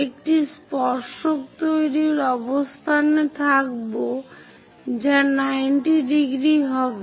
একটি স্পর্শক তৈরির অবস্থানে থাকব যা 90° হবে